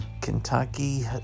Kentucky